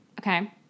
Okay